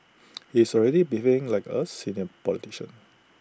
he is already behaving like us senior politician